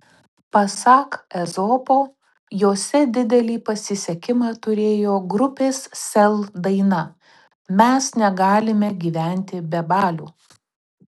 pasak ezopo jose didelį pasisekimą turėjo grupės sel daina mes negalime gyventi be balių